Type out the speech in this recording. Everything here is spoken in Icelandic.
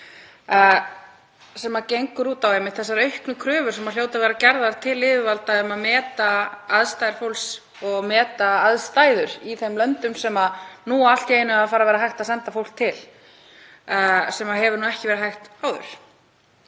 Þetta gengur einmitt út á þessar auknu kröfur sem hljóta að vera gerðar til yfirvalda um að meta aðstæður fólks og meta aðstæður í þeim löndum sem nú á allt í einu að vera hægt að senda fólk til, sem hefur ekki verið hægt áður.